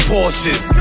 Porsches